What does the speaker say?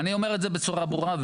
אני אומר את זה בצורה ברורה,